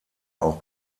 auch